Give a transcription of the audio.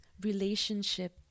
relationship